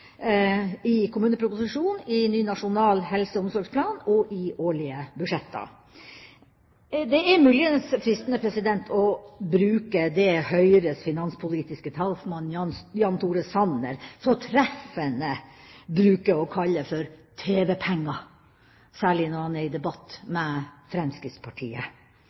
i kommuneproposisjonen, i ny nasjonal helse- og omsorgsplan og i årlige budsjetter. Det er muligens fristende å bruke det Høyres finanspolitiske talsmann, Jan Tore Sanner, så treffende bruker å kalle for tv-penger, særlig når han er i debatt med Fremskrittspartiet.